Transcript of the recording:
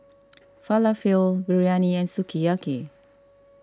Falafel Biryani and Sukiyaki